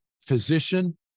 physician